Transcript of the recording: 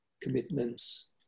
commitments